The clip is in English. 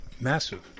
Massive